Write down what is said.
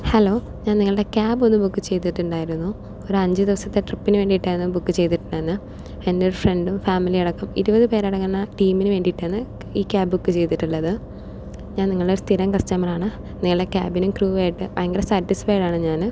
hello ഞാൻ നിങ്ങളുടെ cab ഒന്ന് ബുക്ക് ചെയ്തിട്ടുണ്ടായിരുന്നു ഒരു അഞ്ച് ദിവസത്തെ ട്രിപ്പിന് വേണ്ടീട്ടായിരുന്നു ബുക്ക് ചെയ്തിട്ടുണ്ടായിരുന്ന എൻ്റെ ഫ്രണ്ടും ഫാമിലിയും അടക്കം ഇരുപത് പേരടങ്ങുന്ന ടീമിന് വേണ്ടീട്ടാണ് ഈ ക്യാബ് ബുക്ക് ചെയ്തിട്ടുള്ളത് ഞാൻ നിങ്ങളുടെ സ്ഥിരം കസ്റ്റമറാണ് നിങ്ങളുടെ ക്യാബിനും ക്രൂ ആയിട്ട് ഭയങ്കര സാറ്റിസ്ഫൈഡാണ് ഞാന്